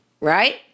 Right